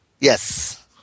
Yes